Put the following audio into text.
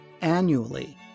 annually